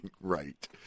Right